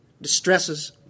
distresses